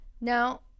Now